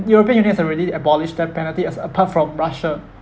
european union has already abolished death penalty as apart from russia